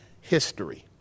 history